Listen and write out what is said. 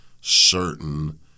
certain